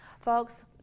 Folks